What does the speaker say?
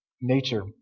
nature